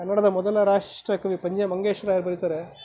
ಕನ್ನಡದ ಮೊದಲ ರಾಷ್ಟ್ರಕವಿ ಪಂಜೆ ಮಂಜೇಶರಾಯರು ಬರೀತಾರೆ